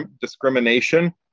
discrimination